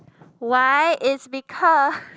why is because